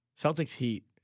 Celtics-Heat